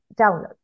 download